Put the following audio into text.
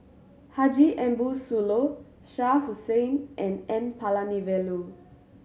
Haji Ambo Sooloh Shah Hussain and N Palanivelu